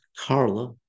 Carla